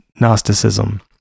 Gnosticism